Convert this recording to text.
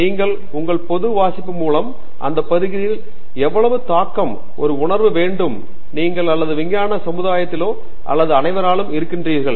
நீங்கள் உங்கள் பொது வாசிப்பு மூலம் அந்த பகுதியில் எவ்வளவு தாக்கம் ஒரு உணர்வு வேண்டும் நீங்கள் அல்லது விஞ்ஞான சமுதாயத்திலோ அல்லது அனைவராலும் இருக்கின்றீர்கள்